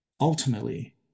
ultimately